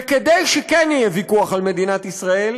וכדי שכן יהיה ויכוח על מדינת ישראל,